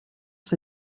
for